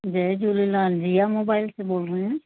जय झूलेलाल जिया मोबाइल से बोल रे है